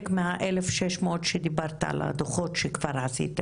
מה-1,600 שדיברת על הדוחות שכבר עשיתם.